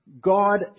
God